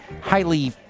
highly